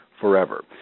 forever